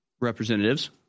representatives